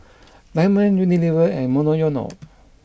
Diamond Unilever and Monoyono